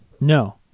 No